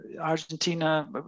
Argentina